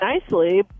nicely